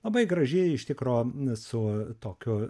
labai graži iš tikro su tokiu